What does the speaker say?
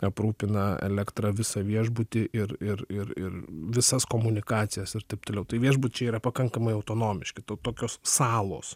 aprūpina elektra visą viešbutį ir ir ir ir visas komunikacijas ir taip toliau tai viešbučiai yra pakankamai autonomiški to tokios salos